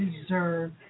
deserve